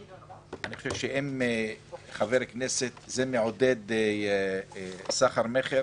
אני חושב שזה מעודד סחר מכר,